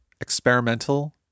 Experimental